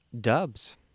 dubs